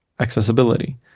accessibility